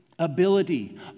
Ability